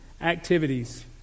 activities